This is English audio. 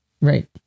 Right